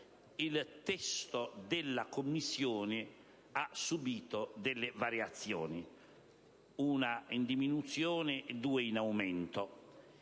il testo della Commissione ha subito delle variazioni: una in diminuzione e due in aumento.